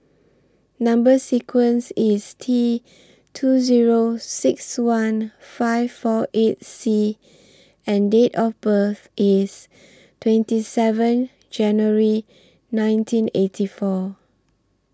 Number sequence IS T two Zero six one five four eight C and Date of birth IS twenty seven January nineteen eighty four